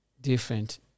different